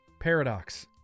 Paradox